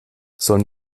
sollen